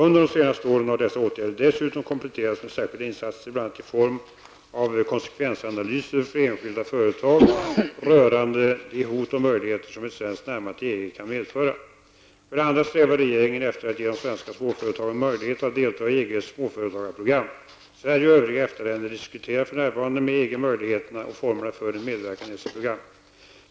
Under de senaste åren har dessa åtgärder dessutom kompletterats med särskilda insatser, bl.a. i form av konsekvensanalyser för enskilda företag rörande de hot och möjligheter som ett svenskt närmande till EG kan medföra. För det andra strävar regeringen efter att ge de svenska småföretagen möjlighet att delta i EGs småföretagsprogram. Sverige och övriga EFTA länder diskuterar för närvarande med EG möjligheterna och formerna för en medverkan i dessa program.